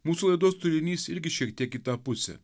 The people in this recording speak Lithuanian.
mūsų laidos turinys irgi šiek tiek į tą pusę